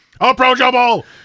Approachable